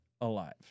alive